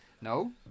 No